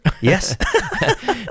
Yes